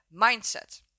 mindset